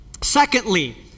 secondly